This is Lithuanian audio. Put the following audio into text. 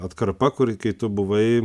atkarpa kuri kai tu buvai